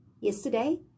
yesterday